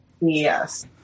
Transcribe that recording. Yes